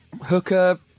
hooker